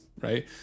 right